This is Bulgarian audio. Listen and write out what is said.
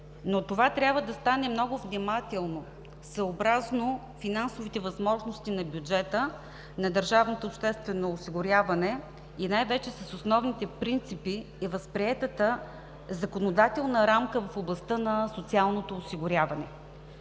но това трябва да стане много внимателно, съобразно финансовите възможности на бюджета на държавното обществено осигуряване и най-вече с основните принципи и възприетата законодателна рамка в областта на социалното осигуряване.